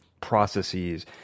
processes